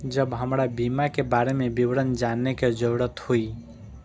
जब हमरा बीमा के बारे में विवरण जाने के जरूरत हुए?